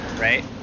right